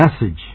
message